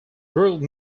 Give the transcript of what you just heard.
ruled